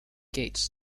gates